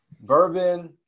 bourbon